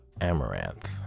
amaranth